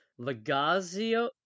Legazio